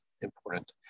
important